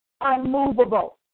unmovable